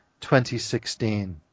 2016